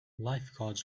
lifeguards